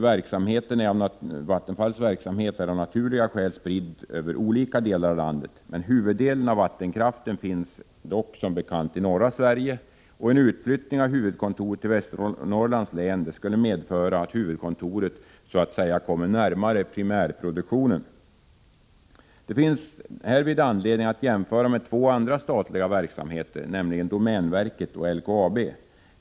Vattenfalls verksamhet är av naturliga skäl spridd över olika delar av landet, men huvuddelen av vattenkraften finns som bekant i norra Sverige. En flyttning av huvudkontoret till Västernorrlands län skulle medföra att huvudkontoret så att säga kom närmare primärproduktionen. Det finns anledning att härvidlag jämföra Vattenfall med två andra statliga verksamheter, nämligen Domänverket och LKAB.